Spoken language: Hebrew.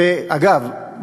אגב,